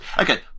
Okay